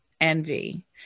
envy